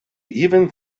even